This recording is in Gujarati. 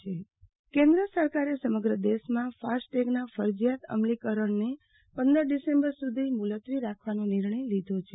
આરતીબેન ભદ્દ ફાસ્ટેગ મુલતવી કેન્દ્ર સરકારે સમગ્ર દેશમાં ફાસ્ટેગના ફરજીયાત અમલીકરણને પંદર ડિસેમ્બર સુ ધી મુ લતવી રાખવાનો નિર્ણય લીધો છે